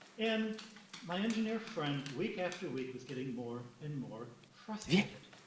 and my engineer friend, week after week, was getting more and more frustrated.